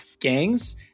gangs